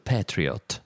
Patriot